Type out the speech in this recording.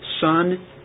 son